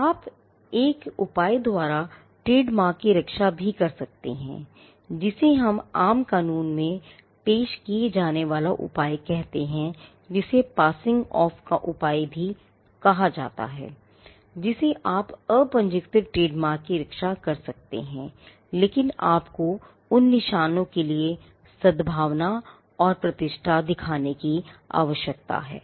आप एक उपाय द्वारा ट्रेडमार्क की रक्षा भी कर सकते हैं जिसे हम आम कानून में पेश किया जाने वाला उपाय कहते हैं जिसे passing off का उपाय कहते हैं जिससे आप द्वारा अपंजीकृत ट्रेडमार्क की रक्षा कर सकते हैं लेकिन आपको उन निशानों के लिए सद्भावना और प्रतिष्ठा दिखाने की आवश्यकता है